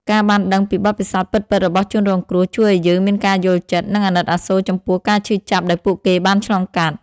ការបានដឹងពីបទពិសោធន៍ពិតៗរបស់ជនរងគ្រោះជួយឲ្យយើងមានការយល់ចិត្ត និងអាណិតអាសូរចំពោះការឈឺចាប់ដែលពួកគេបានឆ្លងកាត់។